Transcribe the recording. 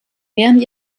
während